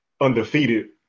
undefeated